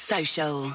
Social